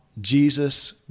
Jesus